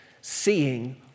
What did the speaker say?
seeing